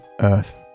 Earth